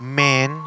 man